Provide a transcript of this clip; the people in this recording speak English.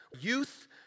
youth